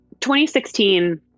2016